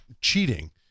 cheating